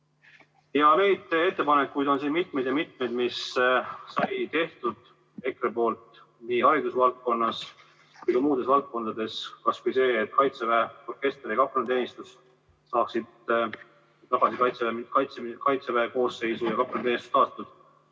Neid ettepanekuid on siin mitmeid ja mitmeid, mis sai tehtud EKRE poolt nii haridusvaldkonnas kui ka muudes valdkondades. Kas või see, et Kaitseväe orkester ja kaplaniteenistus saaksid tagasi Kaitseväe koosseisu ja kaplaniteenistus oleks